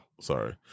Sorry